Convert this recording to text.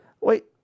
wait